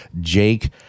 Jake